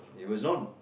it was not